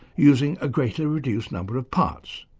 using a greatly reduced number of parts,